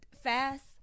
fast